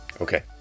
Okay